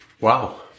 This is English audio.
Wow